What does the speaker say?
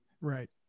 Right